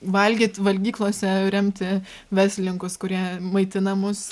valgyt valgyklose remti verslininkus kurie maitina mus